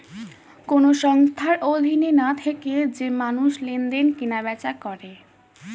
কোন সংস্থার অধীনে না থেকে যে মানুষ লেনদেন, কেনা বেচা করে